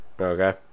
okay